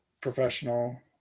professional